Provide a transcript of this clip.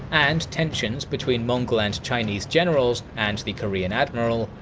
and tensions between mongol and chinese generals and the korean admiral,